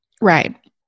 Right